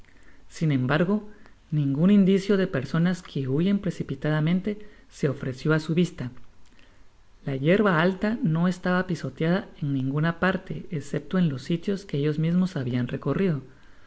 sin embargo ningun indicio de personas que huyen precipitadáménte se ofreció á su vista la yerba altano estaba pisoteada en ninguna parte escepto en los sitios que ellos mismos habian recorrido